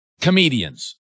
comedians